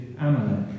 Amalek